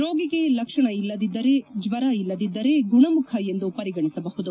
ರೋಗಿಗೆ ಲಕ್ಷಣ ಇಲ್ಲದಿದ್ದರೆ ಜ್ಞರ ಇಲ್ಲದಿದ್ದರೆ ಗುಣಮುಖ ಎಂದು ಪರಿಗಣಿಸಬಹುದು